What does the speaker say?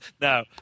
No